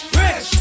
rich